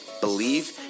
believe